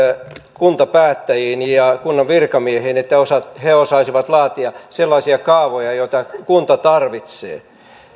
kuntapäättäjiin ja kunnan virkamiehiin että he osaisivat laatia sellaisia kaavoja joita kunta tarvitsee